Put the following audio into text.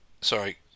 Sorry